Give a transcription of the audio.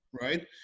right